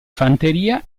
fanteria